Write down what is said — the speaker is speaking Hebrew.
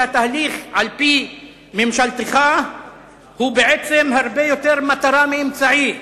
שהתהליך על-פי ממשלתך הוא בעצם הרבה יותר מטרה מאמצעי.